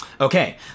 Okay